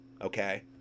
Okay